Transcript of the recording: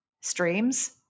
streams